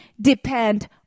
depend